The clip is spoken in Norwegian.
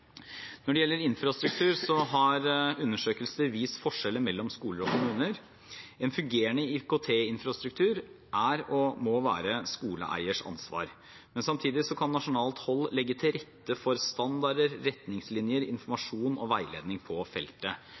Når det gjelder infrastruktur, har undersøkelser vist forskjeller mellom skoler og kommuner. En fungerende IKT-infrastruktur er og må være skoleeiernes ansvar. Men samtidig kan man fra nasjonalt hold legge til rette for standarder, retningslinjer, informasjon og veiledning på dette feltet.